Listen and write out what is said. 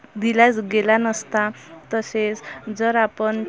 दिलाच गेला नसता तसेच जर आपण